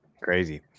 Crazy